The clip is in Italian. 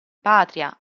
patria